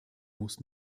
muss